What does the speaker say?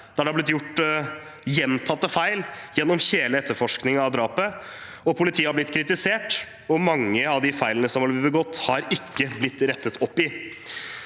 der det har blitt gjort gjentatte feil gjennom hele etterforskningen av drapet. Politiet har blitt kritisert, og mange av de feilene som har blitt begått, har ikke blitt rettet opp i.